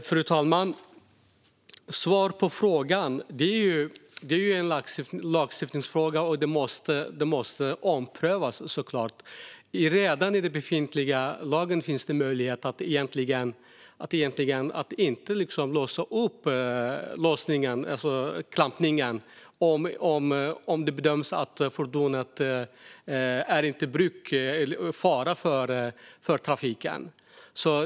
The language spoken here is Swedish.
Fru talman! Svaret är att det är en lagstiftningsfråga, och den måste såklart omprövas. Redan i gällande lag finns möjlighet att inte låsa upp en klampning om det bedöms att fordonet är en fara i trafiken.